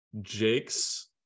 Jake's